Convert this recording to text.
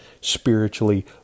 spiritually